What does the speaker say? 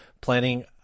planning